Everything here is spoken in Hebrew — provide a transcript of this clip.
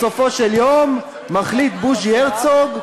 בסופו של יום מחליט בוז'י הרצוג,